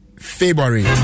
February